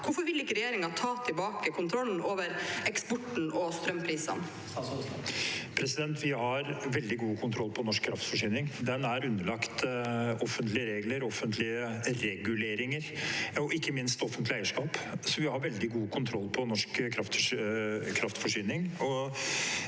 Hvorfor vil ikke regjeringen ta tilbake kontrollen over eksporten og strømprisene? Statsråd Terje Aasland Vi har veldig god kontroll på norsk kraftforsyning. Den er underlagt offentlige regler, offentlige reguleringer og ikke minst offentlig eierskap, så vi har veldig god kontroll på norsk kraftforsyning.